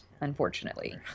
unfortunately